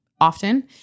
often